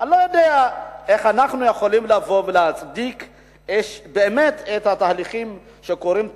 אני לא יודע איך אנחנו יכולים לבוא ולהצדיק את התהליכים שקורים.